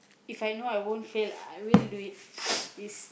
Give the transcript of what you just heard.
If I know I won't fail I will do it is